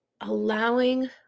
allowing